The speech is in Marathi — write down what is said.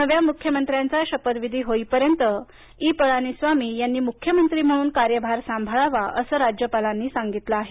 नव्या मुख्यमंत्र्यांचा शपथविधी होईपर्यंत ई पळणीसामी यांनी मुख्यमंत्री म्हणून कार्यभार सांभाळावा असं राज्यपालांनी सांगितलं आहे